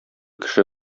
кеше